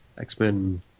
X-Men